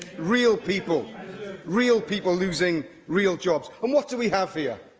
real people real people losing real jobs, and what do we have here?